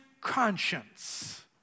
conscience